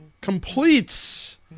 completes